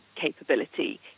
capability